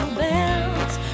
bells